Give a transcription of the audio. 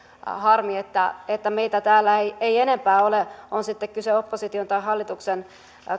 harmi että että meitä täällä ei ei enempää ole on sitten kyse opposition tai hallituksen